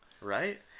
Right